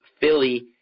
philly